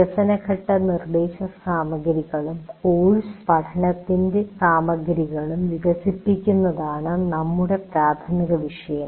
വികസനഘട്ടനിർദേശ സാമഗ്രികളും കോഴ്സിന്റെ പഠന സാമഗ്രികളും വികസിപ്പിക്കുന്നതാണ് നമ്മുടെ പ്രാഥമിക വിഷയം